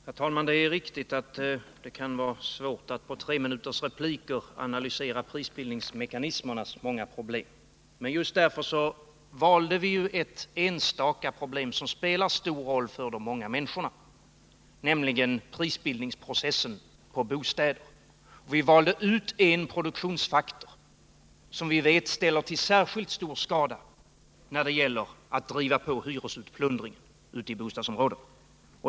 Herr talman! Det är riktigt att det kan vara svårt att på treminutersrepliker analysera prisbildningsmekanismernas många problem, men just därför valde vi ett enstaka problem som spelar stor roll för de många människorna, nämligen prisbildningsprocessen när det gäller bostäder. Vi valde ut en produktionsfaktor som vi vet ställer till särskilt stor skada när det gäller att driva på hyresutplundringen ute i bostadsområdena.